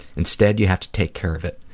instead, you have to take care of it,